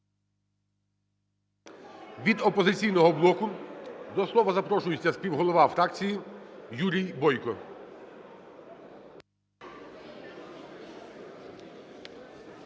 Від "Опозиційного блоку" до слова запрошується співголова фракції Юрій Бойко.